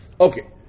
Okay